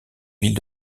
ville